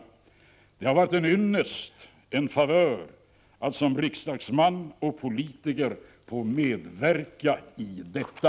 Det har varit en ynnest, en favör, att som riksdagsman och politiker få medverka i detta.